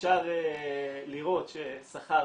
אפשר לראות ששכר